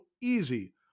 easy